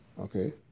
Okay